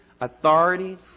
authorities